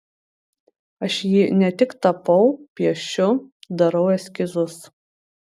aš jį ne tik tapau piešiu darau eskizus